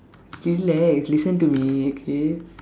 relax listen to me okay